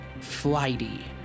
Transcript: flighty